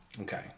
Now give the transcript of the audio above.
Okay